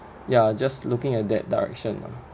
ya just looking at that direction lah